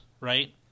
right